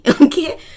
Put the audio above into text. okay